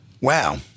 Wow